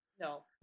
no